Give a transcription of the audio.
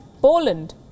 Poland